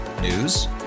News